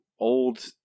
old